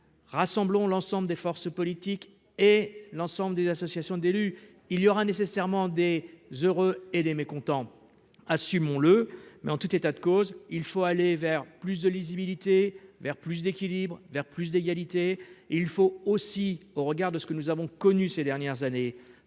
rassemblons l'ensemble des forces politiques et l'ensemble des associations d'élus, il y aura nécessairement des heureux et des mécontents, assumons-le, mais en tout état de cause, il faut aller vers plus de lisibilité, vers plus d'équilibre vers plus d'égalité et il faut aussi au regard de ce que nous avons connu ces dernières années,